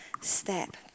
step